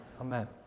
Amen